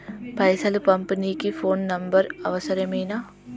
పైసలు పంపనీకి phone number అవసరమేనా?